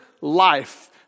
life